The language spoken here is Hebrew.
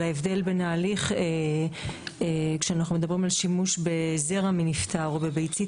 על ההבדל בין ההליך כשאנחנו מדברים על שימוש בזרע מנפטר או בביצית